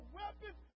weapons